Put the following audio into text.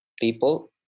people